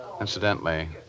incidentally